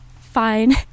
Fine